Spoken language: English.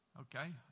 Okay